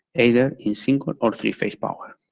either in single or three-phase power.